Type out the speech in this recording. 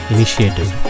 Initiative